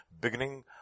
beginning